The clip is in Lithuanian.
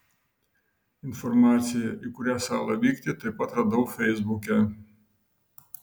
informaciją į kurią salą vykti taip pat radau feisbuke